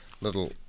Little